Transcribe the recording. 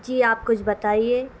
جی آپ کچھ بتائیے